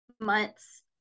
Months